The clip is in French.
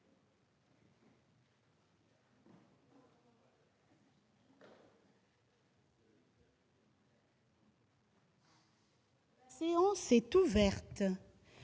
La séance est ouverte..